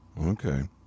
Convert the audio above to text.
Okay